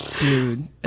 Dude